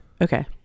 Okay